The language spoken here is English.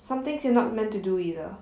some things you not meant to do either